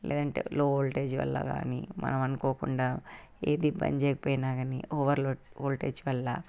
లేదంటే low voltage వల్ల కానీ మనం అనుకోకుండా ఏది పని చేయకపోయినా కానీ ఓవర్ లోడ్ ఓల్టేజ్ వల్ల